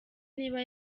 niba